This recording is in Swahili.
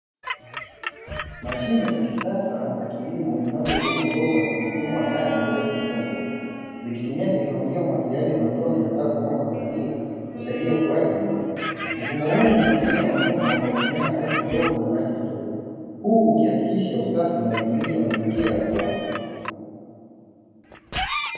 Mashine za kisasa za kilimo zinazolima mboga kwa mfumo wa ndani bila kutumia udongo. Zikitumia teknolojia ya umwagiliaji wa matone na taa za mwanga wa bandia kusaidia ukuaji wa mimea. Mfumo huu unaongeza mavuno kwa kutumia nafasi ndogo na maji kidogo, huku ukihakikisha usafi na udhibiti wa mazingira ya ukuaji.